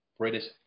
British